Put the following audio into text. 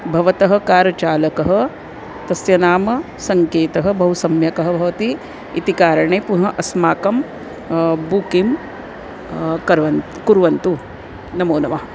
भवतः कार चालकः तस्य नाम सङ्केतः बहु सम्यकः भवति इति कारणे पुनः अस्माकं बुकिङ्ग् कर्वन् कुर्वन्तु नमो नमः